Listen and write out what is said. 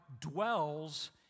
dwells